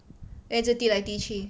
then 一直滴来滴去